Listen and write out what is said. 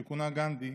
שכונה גנדי,